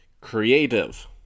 Creative